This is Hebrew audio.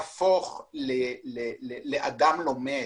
לאדם לומד,